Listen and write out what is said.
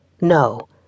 No